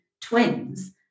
twins